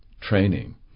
training